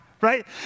right